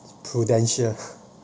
Prudential